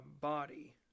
body